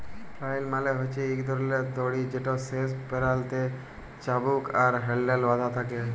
flail মালে হছে ইক ধরলের দড়ি যেটর শেষ প্যারালতে চাবুক আর হ্যাল্ডেল বাঁধা থ্যাকে